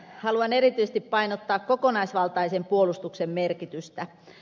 haluan erityisesti painottaa kokonaisvaltaisen puolustuksen merkitystä